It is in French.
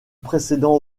précédent